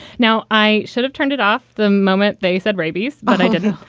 now, i should have turned it off. the moment they said rabies, but i didn't.